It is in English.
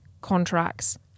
contracts